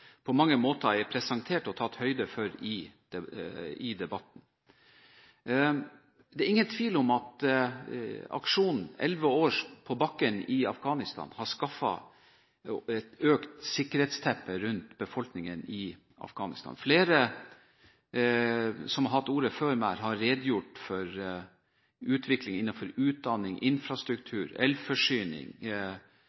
på mange måter synes er presentert og tatt høyde for i debatten. Det er ingen tvil om at elleve år på bakken i Afghanistan har medført et økt sikkerhetsteppe rundt befolkningen i Afghanistan. Flere som har hatt ordet før meg, har redegjort for utviklingen innenfor utdanning,